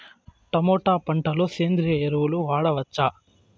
Tomato పంట లో సేంద్రియ ఎరువులు వాడవచ్చా?